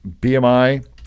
BMI